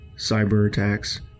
cyber-attacks